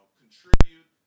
contribute